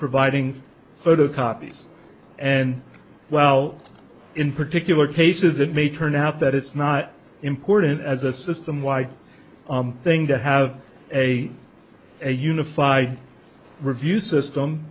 providing photocopies and well in particular cases it may turn out that it's not important as a system wide thing to have a a unified review system